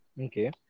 Okay